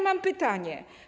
Mam pytanie.